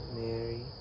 Mary